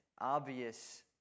obvious